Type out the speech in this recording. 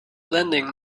lending